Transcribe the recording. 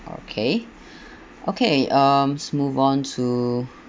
okay okay um let's move on to